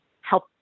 help